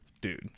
dude